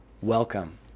welcome